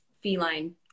feline